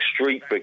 street